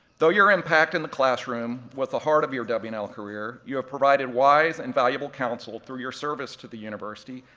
though your impact in the classroom was the heart of your w and l career, you have provided wise and valuable counsel through your service to the university,